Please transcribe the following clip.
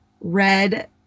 red